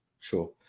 Sure